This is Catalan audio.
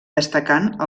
destacant